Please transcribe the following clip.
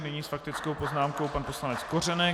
Nyní s faktickou poznámkou pan poslanec Kořenek.